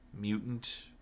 mutant